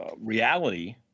reality